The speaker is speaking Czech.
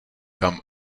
kam